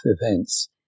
events